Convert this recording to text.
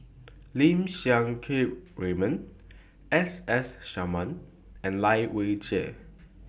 Lim Siang Keat Raymond S S Sarma and Lai Weijie